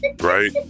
Right